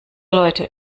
leute